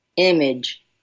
image